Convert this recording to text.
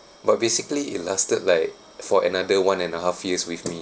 but basically it lasted like for another one and a half years with me